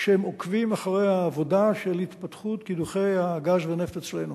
כשהם עוקבים אחרי העבודה של התפתחות קידוחי הגז והנפט אצלנו.